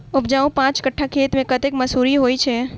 उपजाउ पांच कट्ठा खेत मे कतेक मसूरी होइ छै?